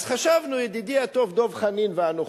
אז חשבנו, ידידי הטוב דב חנין ואנוכי,